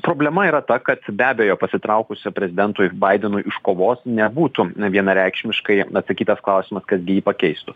problema yra ta kad be abejo pasitraukus prezidentui baidenui iškovos nebūtų vienareikšmiškai atsakytas klausimas kas gi jį pakeistų